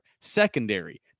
Secondary